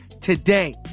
today